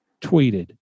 tweeted